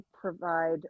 provide